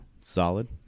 solid